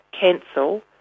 cancel